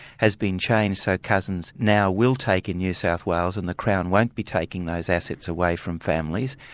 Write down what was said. has been changed so cousins now will take in new south wales and the crown won't be taking those assets away from families.